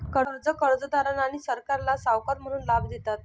कर्जे कर्जदारांना आणि सरकारला सावकार म्हणून लाभ देतात